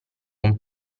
con